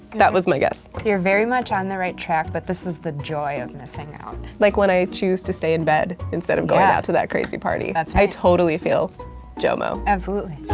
that was my guess. you're very much on the right track, but this is the joy of missing out. like when i choose to stay in bed instead of going out to that crazy party. that's right. i totally feel jomo. absolutely.